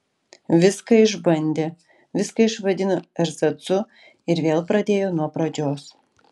viską išbandė viską išvadino erzacu ir vėl pradėjo nuo pradžios